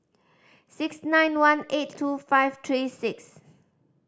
six nine one eight two five three six